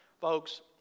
Folks